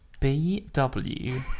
BW